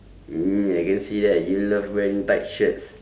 ya I can see that you love wearing tight shirts